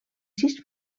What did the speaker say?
sis